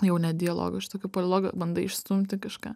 jau net dialogą iš tokių prolilogų bandai išstumti kažką